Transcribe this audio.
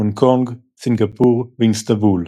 הונג קונג, סינגפור ואיסטנבול.